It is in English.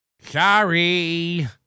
Sorry